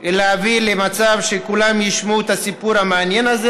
להביא למצב שכולם ישמעו את הסיפור המעניין הזה.